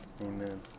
amen